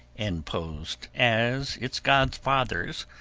and posed as its godfathers,